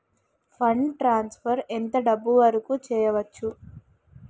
Fund transfer ఎంత డబ్బు వరుకు చేయవచ్చు?